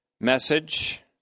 message